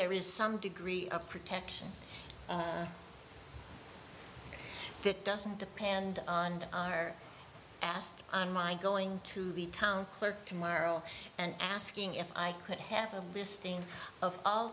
there is some degree of protection that doesn't depend on our past on my going to the town clerk tomorrow and asking if i could have a listing of all